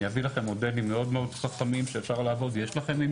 אני אביא לכם מודלים מאוד חכמים שאפשר לעבוד,